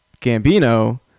gambino